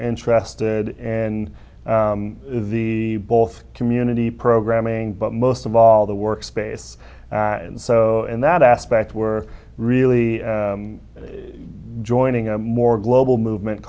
interested in the golf community programming but most of all the work space and so in that aspect were really joining a more global movement